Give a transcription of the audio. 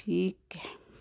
ਠੀਕ ਹੈ